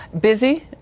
Busy